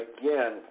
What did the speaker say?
again